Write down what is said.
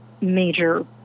major